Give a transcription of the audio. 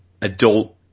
adult